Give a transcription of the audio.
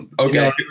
okay